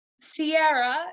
Sierra